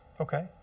Okay